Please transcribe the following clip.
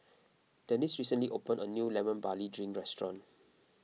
Denis recently opened a new Lemon Barley Drink restaurant